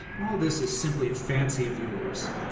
all this is simply a fancy of yours.